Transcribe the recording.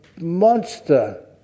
monster